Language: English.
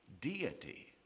Deity